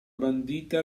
bandita